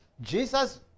Jesus